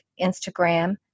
Instagram